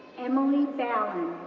emily balon,